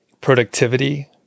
productivity